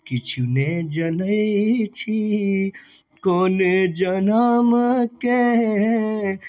किछु नहि जनै छी कोन जनमके